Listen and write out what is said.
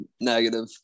negative